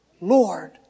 Lord